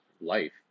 life